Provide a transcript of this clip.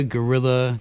Gorilla